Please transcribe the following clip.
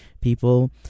people